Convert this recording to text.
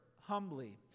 humbly